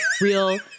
real